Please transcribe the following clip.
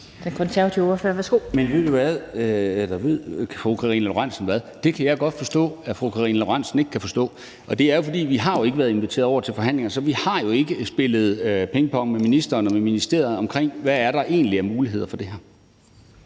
Kl. 17:04 Niels Flemming Hansen (KF): Men ved fru Karina Lorentzen Dehnhardt hvad? Det kan jeg godt forstå at fru Karina Lorentzen Dehnhardt ikke kan forstå. Og det er jo, fordi vi ikke har været inviteret over til forhandlinger, så vi har jo ikke spillet pingpong med ministeren og med ministeriet omkring, hvad der egentlig er af muligheder for det her.